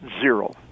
Zero